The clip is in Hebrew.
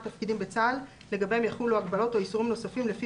תפקידים בצה"ל לגביהם יחולו הגבלות או איסורים נוספים לפי